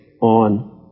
on